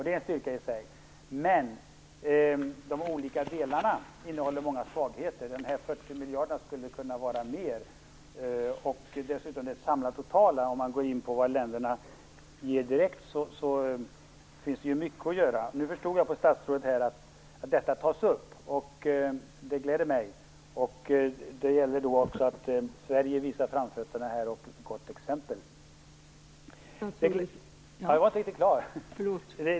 Det är en styrka i sig, men de olika delarna innehåller många svagheter. De 40 miljarderna skulle kunna vara mera. Om man totalt sett dessutom går in på vad länderna ger direkt finner man att det finns mycket att göra. Utifrån vad statsrådet sade här förstår jag att detta kommer att tas upp, vilket gläder mig. Det gäller då att Sverige visar framfötterna och är ett gott exempel.